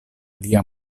lia